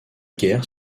guerre